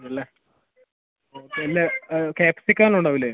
ആണല്ലേ ആ പിന്നെ കാപ്സിക്കം എല്ലാം ഉണ്ടാവൂലേ